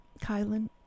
Kylan